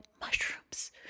mushrooms